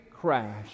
crash